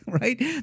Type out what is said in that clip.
right